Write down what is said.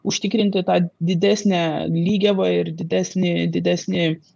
užtikrinti tą didesnę lygiavą ir didesnį didesnį